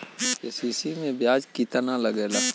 KCC में ब्याज कितना लागेला?